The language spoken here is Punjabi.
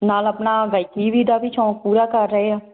ਨਾਲ ਆਪਣਾ ਗਾਇਕੀ ਵੀ ਦਾ ਵੀ ਸ਼ੌਂਕ ਪੂਰਾ ਕਰ ਰਹੇ ਹਾਂ